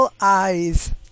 Eyes